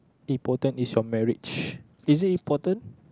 important is your marriage is it important